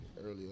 earlier